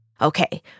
Okay